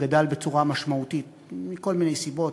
גדל בצורה משמעותית מכל מיני סיבות,